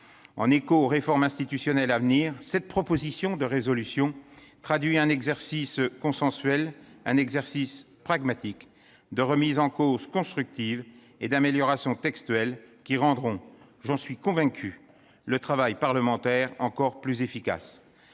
en écho aux réformes institutionnelles à venir, cette proposition de résolution traduit un exercice consensuel et pragmatique de remise en cause constructive et d'améliorations textuelles qui rendront, j'en suis convaincu, le travail parlementaire encore plus efficace.